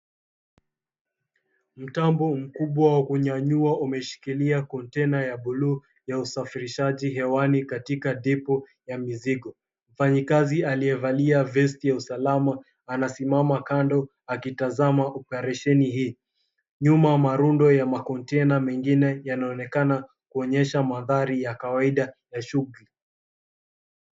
Mtambo mkubwa wa kunyanyua umeshikilia kontena ya buluu ya usafirishaji hewani katika depot ya mizigo. Mfanyakazi aliyevalia vesti ya usalama anasimama kando akitazama operesheni hii. Nyuma ya marundo ya makontena mengine yanaonekana kuonyesha mandhari ya kawaida ya shughuli.